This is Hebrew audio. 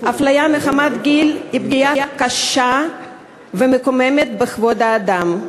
אפליה מחמת גיל היא פגיעה קשה ומקוממת בכבוד האדם.